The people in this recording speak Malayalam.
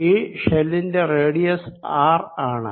ഈ ഷെല്ലിന്റെ റേഡിയസ് R ആണ്